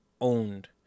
owned